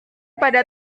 pada